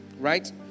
Right